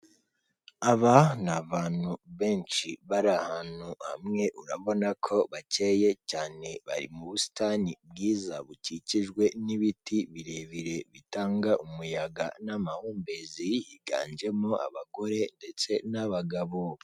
Aba ni abantu benshi bari ahantu hamwe, urabona ko bakeye cyane, bari mu busitani bwiza bukikijwe n'ibiti birebire, bitanga umuyaga n'amahumbezi, biganjemo abagore ndetse n'abagabo.